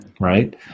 right